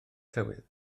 tywydd